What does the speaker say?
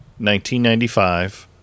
1995